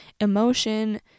emotion